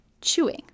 chewing